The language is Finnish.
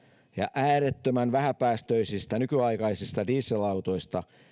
ja äärettömän vähäpäästöisistä nykyaikaisista dieselautoista